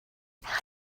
how